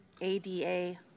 ADA